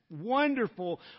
Wonderful